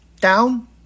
Down